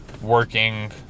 working